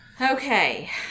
Okay